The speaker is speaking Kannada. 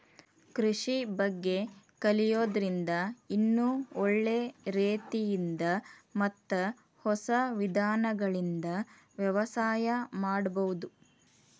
ಕೃಷಿ ಬಗ್ಗೆ ಕಲಿಯೋದ್ರಿಂದ ಇನ್ನೂ ಒಳ್ಳೆ ರೇತಿಯಿಂದ ಮತ್ತ ಹೊಸ ವಿಧಾನಗಳಿಂದ ವ್ಯವಸಾಯ ಮಾಡ್ಬಹುದು